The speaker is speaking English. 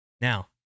Now